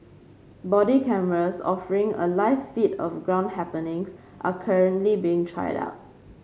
body cameras offering a live feed of ground happenings are currently being tried out